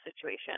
situation